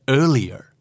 earlier